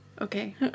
Okay